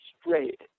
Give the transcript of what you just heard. straight